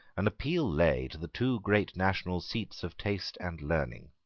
an appeal lay to the two great national seats of taste and learning.